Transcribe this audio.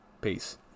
Peace